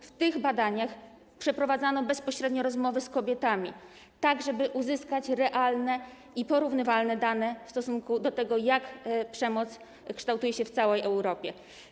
W ramach tych badań przeprowadzano bezpośrednio rozmowy z kobietami, tak żeby uzyskać realne i porównywalne dane w stosunku do tego, jak przemoc kształtuje się w całej Europie.